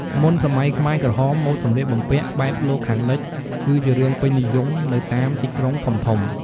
មុនសម័យខ្មែរក្រហម ម៉ូដសម្លៀកបំពាក់បែបលោកខាងលិច គឺជារឿងពេញនិយមនៅតាមទីក្រុងធំៗ។